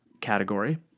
category